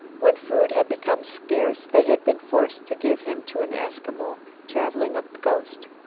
when food had become scarce, they had been forced to give him to an eskimo traveling up the coast.